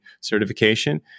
certification